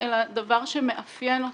אלא דבר שמאפיין אותו,